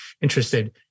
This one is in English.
interested